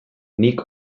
nik